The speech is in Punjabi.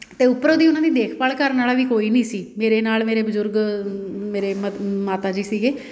ਅਤੇ ਉੱਪਰੋਂ ਦੀ ਉਹਨਾਂ ਦੀ ਦੇਖਭਾਲ ਕਰਨ ਵਾਲਾ ਵੀ ਕੋਈ ਨਹੀਂ ਸੀ ਮੇਰੇ ਨਾਲ ਮੇਰੇ ਬਜ਼ੁਰਗ ਮੇਰੇ ਮਤ ਮਾਤਾ ਜੀ ਸੀਗੇ